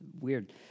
weird